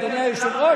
אדוני היושב-ראש,